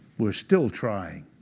we're still trying.